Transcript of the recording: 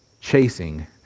chasing